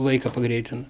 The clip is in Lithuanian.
laiką pagreitina